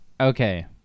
Okay